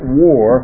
war